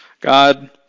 God